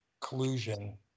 collusion